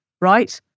right